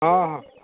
ହଁ ହଁ